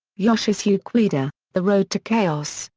yoshisuke ueda, the road to chaos,